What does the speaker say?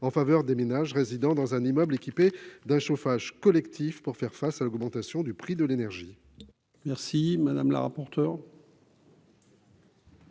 en faveur des ménages résidant dans un immeuble équipé d'un chauffage collectif pour faire face à l'augmentation du prix de l'énergie ». Quel est